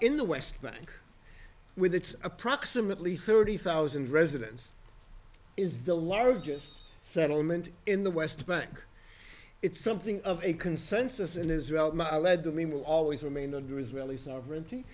in the west bank with its approximately thirty thousand residence is the largest settlement in the west bank it's something of a consensus in israel my lead to me will always remain under israeli sovereignty